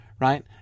right